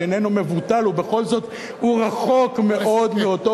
שאיננו מבוטל ובכל זאת הוא רחוק מאוד מאותו